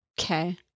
Okay